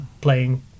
playing